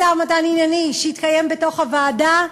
משא-ומתן ענייני שיתקיים בוועדה,